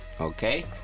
Okay